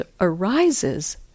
arises